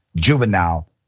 juvenile